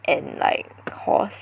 and like horse